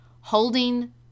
holding